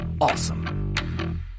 awesome